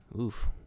Oof